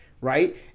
right